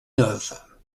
neuve